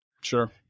Sure